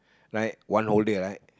like one whole day right